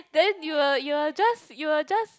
then you will you will just you will just